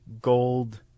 gold